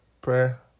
prayer